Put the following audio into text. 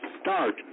start